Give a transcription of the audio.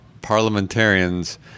parliamentarians